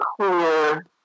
clear